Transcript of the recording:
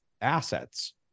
assets